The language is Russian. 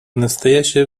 настоящее